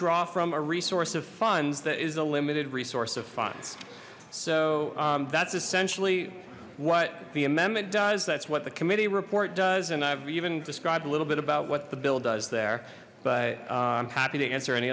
draw from a resource of funds that is a limited resource of funds so that's essentially what the amendment does that's what the committee report does and i've even describe a little bit about what the bill does there but i'm happy to answer any